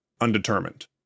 undetermined